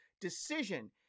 decision